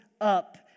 up